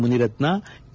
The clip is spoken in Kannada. ಮುನಿರತ್ವ ಕೆ